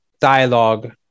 dialogue